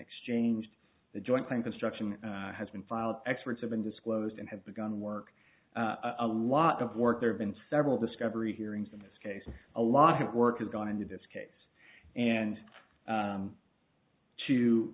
exchanged the joint claim construction has been filed experts have been disclosed and have begun work a lot of work there have been several discovery hearings in this case a lot of work has gone into this case and